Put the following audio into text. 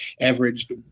averaged